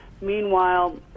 Meanwhile